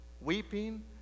Weeping